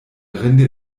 rinde